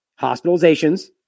hospitalizations